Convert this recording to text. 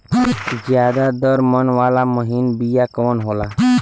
ज्यादा दर मन वाला महीन बिया कवन होला?